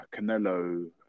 Canelo